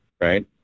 right